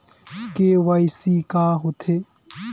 KYC का होथे?